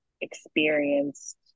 experienced